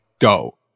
go